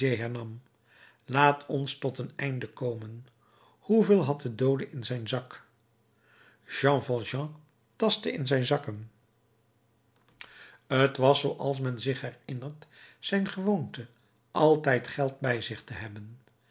laat ons tot een einde komen hoeveel had de doode in zijn zak jean valjean tastte in zijn zakken t was zooals men zich herinnert zijn gewoonte altijd geld bij zich te hebben